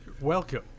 welcome